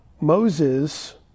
Moses